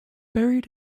buried